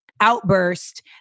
outburst